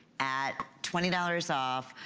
at twenty dollars off,